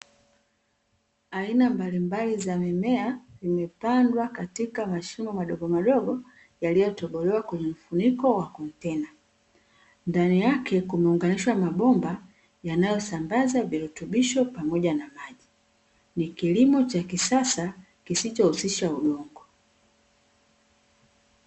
Aina mbalimbali za mimea, imepandwa katika mashimo madogomadogo yaliyo tobolewa kwenye mfuniko wa kontena, ndani yake kumeunganishwa mabomba yanayosambaza virutubisho pamoja na maji, ni kilimo cha kisasa kisichohusisha udongo.